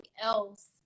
else